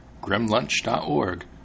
GrimLunch.org